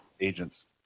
agents